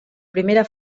primera